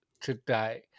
today